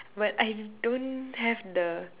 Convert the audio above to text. but I don't have the